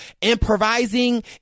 improvising